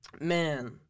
man